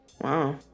Wow